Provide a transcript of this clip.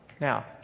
Now